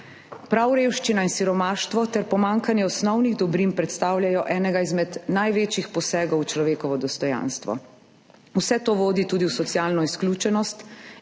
Prav revščina in siromaštvo ter pomanjkanje osnovnih dobrin predstavljajo enega izmed največjih posegov v človekovo dostojanstvo. Vse to vodi tudi v socialno izključenost